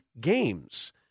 games